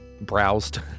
Browsed